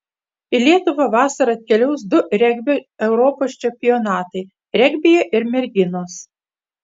į lietuvą vasarą atkeliaus du regbio europos čempionatai regbyje ir merginos